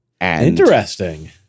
Interesting